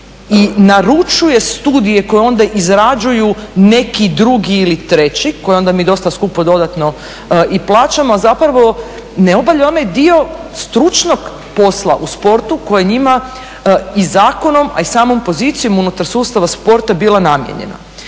i naručuje studije koje onda izrađuju neki drugi ili treći koje onda mi dosta skupo dodatno i plaćamo a zapravo ne obavlja onaj dio stručnog posla u sportu koje je njima i zakonom a i samom pozicijom unutar sustava sporta bila namijenjena.